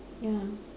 ya